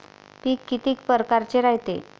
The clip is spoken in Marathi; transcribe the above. पिकं किती परकारचे रायते?